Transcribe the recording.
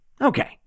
Okay